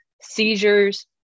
seizures